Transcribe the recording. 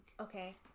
Okay